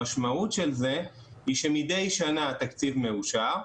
המשמעות של זה היא שמידי שנה התקציב מאושר,